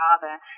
father